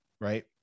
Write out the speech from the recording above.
right